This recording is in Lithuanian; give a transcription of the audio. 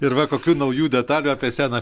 ir va kokių naujų detalių apie seną